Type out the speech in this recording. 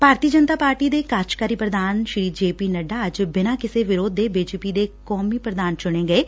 ਭਾਰਤੀ Janata party ਦੇ ਕਾਰਜਕਾਰੀ ਪ੍ਰਧਾਨ ਜੇ ਪੀ ਨੱਡਾ ਅੱਜ ਬਿਨ੍ਹਾਂ ਕਿਸੇ ਵਿਰੋਧ ਦੇ ਬੀਜੇਪੀ ਦੇ ਕੌਮੀ ਪ੍ਰਧਾਨ ਚੁਣੇ ਗਏ ਨੇ